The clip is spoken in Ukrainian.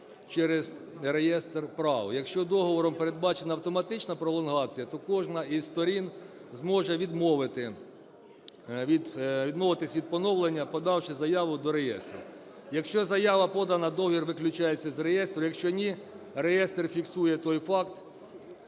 через реєстр прав. Якщо договором передбачена автоматично пролонгація, то кожна із сторін зможе відмовитись від поновлення, подавши заяву до реєстру. Якщо заява подана - договір виключається з реєстру, якщо ні - реєстр фіксує той факт,